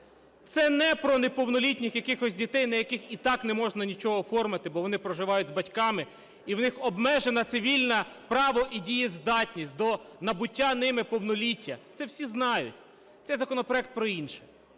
Це не про неповнолітніх якихось дітей, на яких і так не можна нічого оформити, бо вони проживають з батьками і у них обмежене цивільне право і дієздатність до набуття ними повноліття. Це всі знають. Цей законопроект про інше.